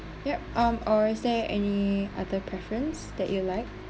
yup um or is there any other preference that you'd like